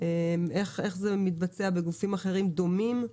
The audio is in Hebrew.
איך זה מתבצע בגופים אחרים דומים?